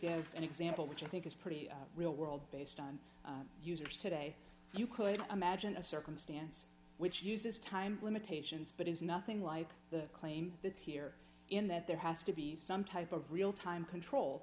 give an example which i think is pretty real world based on users today you could imagine a circumstance which uses time limitations but is nothing like the claim that's here in that there has to be some type of real time control